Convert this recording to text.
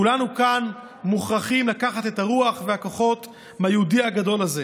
כולנו כאן מוכרחים לקחת את הרוח והכוחות מהיהודי הגדול הזה,